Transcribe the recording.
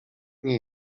nie